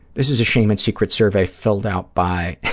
this is a shame and secrets survey filled out by,